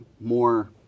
more